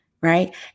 right